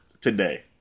today